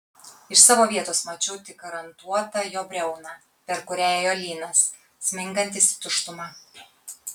iš savo vietos mačiau tik rantuotą jo briauną per kurią ėjo lynas smingantis į tuštumą